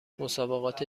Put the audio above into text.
مسابقات